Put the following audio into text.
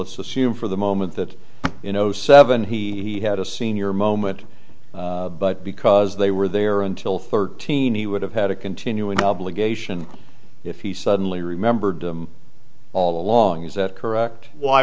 soon for the moment that in zero seven he had a senior moment but because they were there until thirteen he would have had a continuing obligation if he suddenly remembered them all along is that correct why